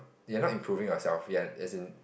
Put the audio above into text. you are not improving yourself ya as in